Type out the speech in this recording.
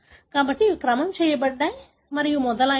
కాబట్టి అవి క్రమం చేయబడ్డాయి మరియు మొదలైనవి